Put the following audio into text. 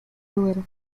duero